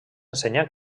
ensenyà